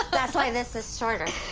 that's why this is shorter.